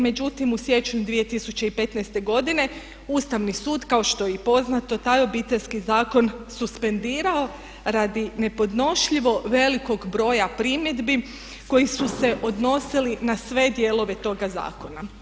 Međutim, u siječnju 2015.godine Ustavni sud kao što je i poznato taj Obiteljski zakon suspendirao radi nepodnošljivo velikog broja primjedbi koji su se odnosili na sve dijelove toga zakona.